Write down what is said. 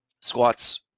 squats